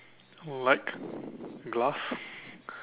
like glass